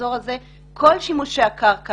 באזור הזה כל שימושי המים,